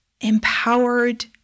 empowered